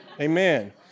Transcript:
Amen